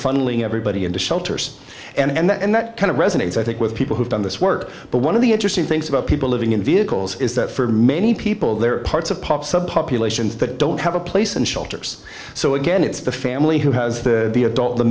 funneling everybody into shelters and that kind of resonates i think with people who've done this work but one of the interesting things about people living in vehicles is that for many people there are parts of pop subpopulations that don't have a place in shelters so again it's the family who has the adult the